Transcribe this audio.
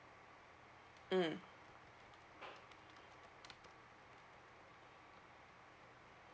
mm